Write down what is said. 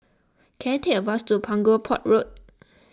can I take a bus to Punggol Port Road